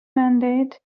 mandate